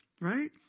right